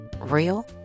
real